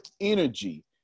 energy